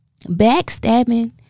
backstabbing